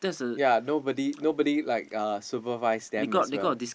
yea nobody nobody like uh supervise them as well